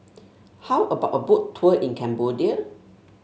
how about a Boat Tour in Cambodia